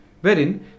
wherein